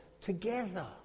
Together